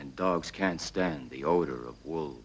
and dogs can't stand the odor of w